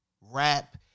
rap